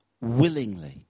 willingly